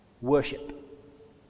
worship